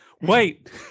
Wait